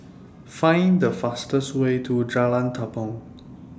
Find The fastest Way to Jalan Tepong